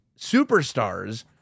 superstars